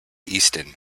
easton